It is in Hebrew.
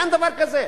אין דבר כזה.